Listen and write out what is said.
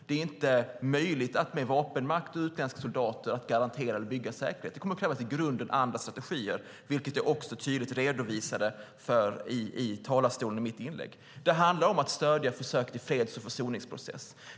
Det är inte möjligt att med vapenmakt och utländska soldater garantera eller bygga säkerhet. Det kommer i grunden att krävas andra strategier, vilket jag också tydligt redovisade i mitt inlägg i talarstolen. Det handlar om att stödja försök till en freds och försoningsprocess.